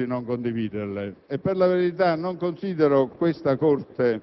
A me capita spesso di non condividerle, e per la verità non considero questa Corte